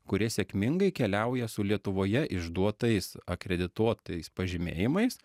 kurie sėkmingai keliauja su lietuvoje išduotais akredituotais pažymėjimais